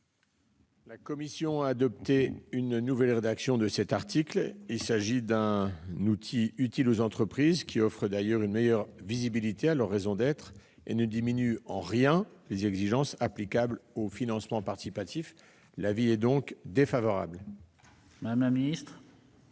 La commission spéciale a adopté une nouvelle rédaction de cet article. Il s'agit d'un outil utile aux entreprises, qui offre d'ailleurs une meilleure visibilité à leur raison d'être et ne diminue en rien les exigences applicables au financement participatif. La commission spéciale est donc défavorable à cet amendement.